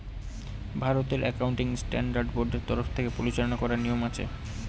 ভারতের accounting standard বোর্ডের তরফ থেকে পরিচালনা করার নিয়ম আছে